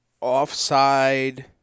offside